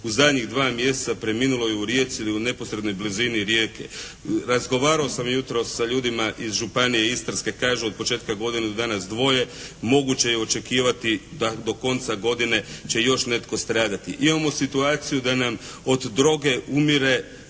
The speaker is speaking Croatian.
u zadnjih dva mjeseca preminulo je u Rijeci ili u neposrednoj blizini Rijeke. Razgovarao sam i jutros sa ljudima iz Županije Istarske. Kažu od početka godine do danas dvoje, moguće je očekivati da do konca godine će još netko stradati. Imamo situaciju da nam od droge umire